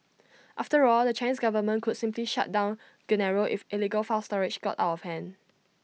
after all the Chinese government could simply shut down Genaro if illegal file storage got out of hand